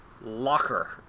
Locker